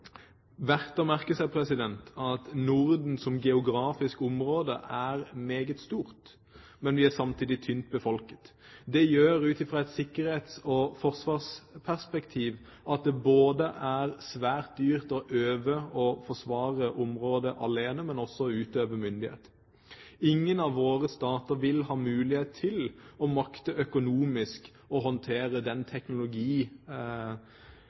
verdt å merke seg at Norden som geografisk område er meget stort, men samtidig tynt befolket. Det gjør at det ut fra et sikkerhets- og forsvarsperspektiv både er svært dyrt å øve og forsvare området alene, og også å utøve myndighet. Ingen av våre stater vil ha mulighet til å makte økonomisk å håndtere den